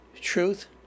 truth